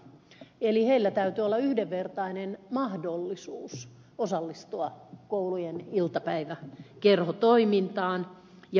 eli heillä täytyy olla yhdenvertainen mahdollisuus osallistua koulujen iltapäiväkerhotoimintaan